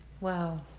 Wow